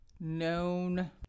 known